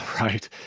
Right